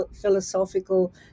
philosophical